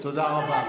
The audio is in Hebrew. תודה רבה.